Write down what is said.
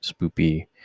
spoopy